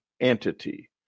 entity